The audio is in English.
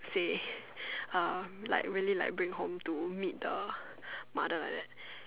say uh like really like bring home to meet the mother like that